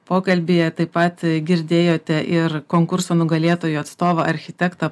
pokalbyje taip pat girdėjote ir konkurso nugalėtojų atstovą architektą